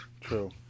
True